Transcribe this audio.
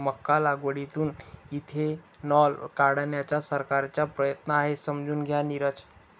मका लागवडीतून इथेनॉल काढण्याचा सरकारचा प्रयत्न आहे, समजून घ्या नीरज